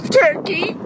turkey